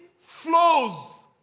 flows